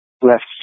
left